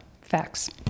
facts